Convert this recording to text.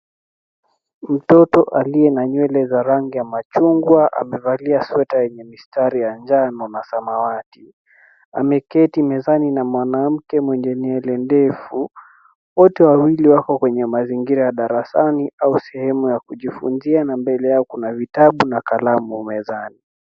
Mtoto aliye na nywele za rangi ya machungwa amevalia sweta yenye mistari ya njano na samawati ameketi mezani na mwanamke mwenye nywele ndefu. Wote wawili wako kwenye mazingira ya darasani au sehemu ya kujifunzia na mbele yao kuna vitabu na kalamu mezani.